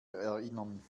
erinnern